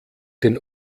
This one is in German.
den